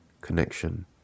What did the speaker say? connection